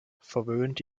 verwöhnt